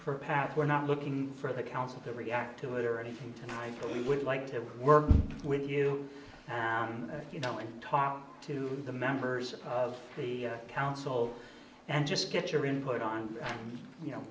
per pack we're not looking for the council to react to it or anything tonight but we would like to work with you on you know and talk to the members of the council and just get your input on you know